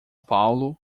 paulo